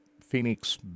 phoenix